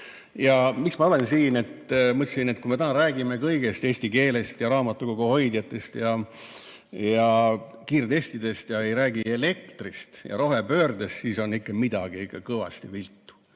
Ja miks ma olen siin? Ma mõtlesin, et kui me täna räägime kõigest, eesti keelest ja raamatukoguhoidjatest ja kiirtestidest, aga ei räägi elektrist ja rohepöördest, siis on midagi ikka kõvasti viltu.No